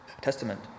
Testament